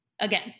again